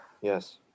Yes